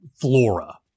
flora